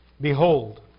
Behold